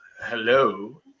hello